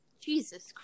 Jesus